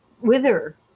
wither